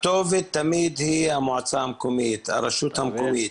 הכתובת תמיד היא המועצה המקומית, הרשות המקומית.